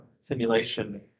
simulation